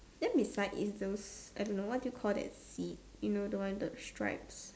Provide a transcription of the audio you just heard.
then it's like in those I don't know what do you call that seat you know the one with the stripes